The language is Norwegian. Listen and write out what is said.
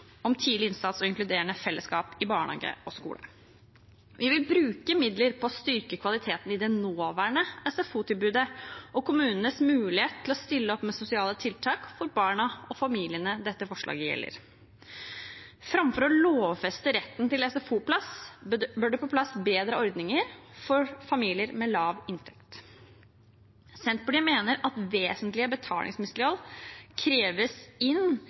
om tidlig innsats og inkluderende fellesskap i barnehage og skole. Vi vil bruke midler på å styrke kvaliteten i det nåværende SFO-tilbudet og kommunenes mulighet til å stille opp med sosiale tiltak for barna og familiene dette forslaget gjelder. Framfor å lovfeste retten til SFO-plass bør det på plass bedre ordninger for familier med lav inntekt. Senterpartiet mener at vesentlige betalingsmislighold kreves inn